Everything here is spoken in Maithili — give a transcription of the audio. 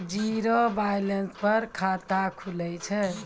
जीरो बैलेंस पर खाता खुले छै?